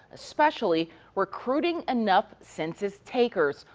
especially recruiting enough census takers.